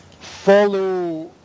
follow